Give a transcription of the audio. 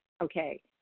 okay